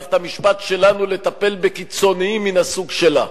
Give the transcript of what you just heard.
מערכת המשפט שלנו לטפל בקיצוניים מן הסוג שלה.